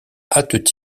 hâtent